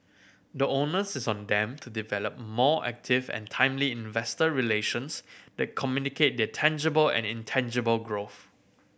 the onus is on them to develop more active and timely investor relations that communicate their tangible and intangible growth